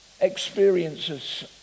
experiences